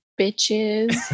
bitches